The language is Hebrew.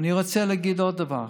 ואני רוצה להגיד עוד דבר.